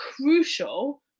crucial